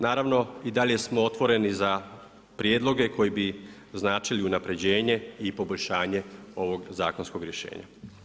Naravno i dalje smo otvoreni za prijedloge koji bi značili i unapređenje i poboljšanje ovog zakonskog rješenja.